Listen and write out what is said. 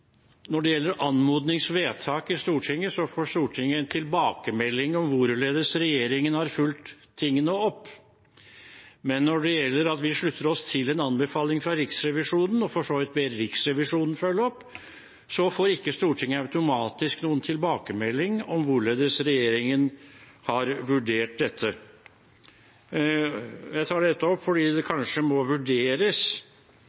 når det gjelder anmodningsvedtak i Stortinget, får Stortinget en tilbakemelding om hvorledes regjeringen har fulgt tingene opp. Men når det gjelder at vi slutter oss til en anbefaling fra Riksrevisjonen, og for så vidt ber Riksrevisjonen følge opp, får ikke Stortinget automatisk noen tilbakemelding om hvorledes regjeringen har vurdert dette. Jeg tar opp dette fordi det